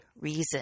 reason